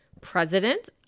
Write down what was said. president